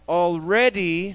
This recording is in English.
already